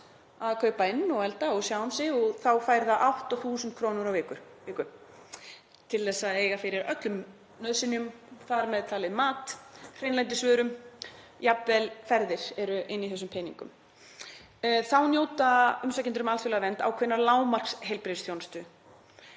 að kaupa inn og elda og sjá um sig og þá fær það 8.000 kr. á viku til þess að eiga fyrir öllum nauðsynjum, þar með talið mat, hreinlætisvörum, jafnvel ferðir eru inni í þessum peningum. Þá njóta umsækjendur um alþjóðlega vernd ákveðinnar lágmarksheilbrigðisþjónustu.